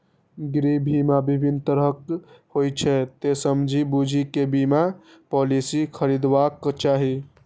गृह बीमा विभिन्न तरहक होइ छै, तें समझि बूझि कें बीमा पॉलिसी खरीदबाक चाही